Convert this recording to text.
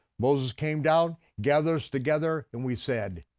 moses came down, gathers together, and we said,